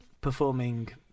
performing